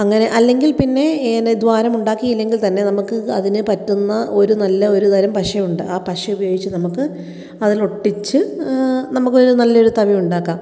അങ്ങനെ അല്ലെങ്കില് പിന്നെ ഇങ്ങനെ ദ്വാരം ഉണ്ടാക്കിയില്ലെങ്കിൽ തന്നെ നമുക്ക് അതിന് പറ്റുന്ന ഒരു നല്ല ഒരു തരം പശയുണ്ട് ആ പശ ഉപയോഗിച്ച് നമുക്ക് അതിൽ ഒട്ടിച്ച് നമുക്ക് ഒരു നല്ല ഒരു തവി ഉണ്ടാക്കാം